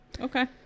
Okay